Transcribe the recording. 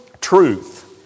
truth